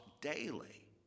daily